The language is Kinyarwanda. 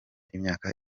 imyaka